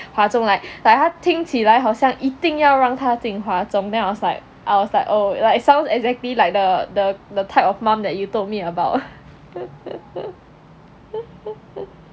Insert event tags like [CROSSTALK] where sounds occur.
华中听起来好像一定要让他进华中 then I was like I was like oh like sounds exactly like the the the type of mum that you told me about [LAUGHS]